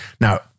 Now